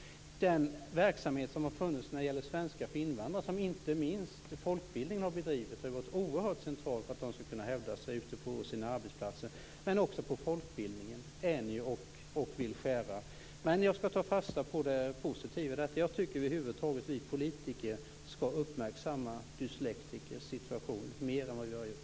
Den verksamhet som har funnits när det gäller svenska för invandrare, som inte minst folkbildningen har bedrivit, har varit oerhört central för att man skall kunna hävda sig ute på sin arbetsplats. Men också inom folkbildningen vill ni skära. Men jag skall ta fasta på det positiva. Jag tycker över huvud taget att vi politiker skall uppmärksamma dyslektikers situation mer än vad vi har gjort.